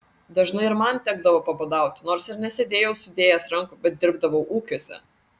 dažnai ir man tekdavo pabadauti nors ir nesėdėjau sudėjęs rankų bet dirbdavau ūkiuose